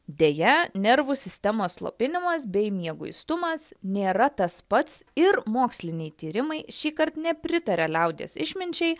deja nervų sistemos slopinimas bei mieguistumas nėra tas pats ir moksliniai tyrimai šįkart nepritaria liaudies išminčiai